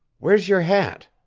where's your hat?